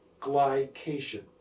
glycation